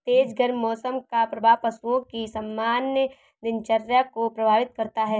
तेज गर्म मौसम का प्रभाव पशुओं की सामान्य दिनचर्या को प्रभावित करता है